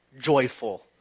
joyful